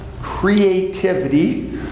creativity